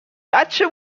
بچه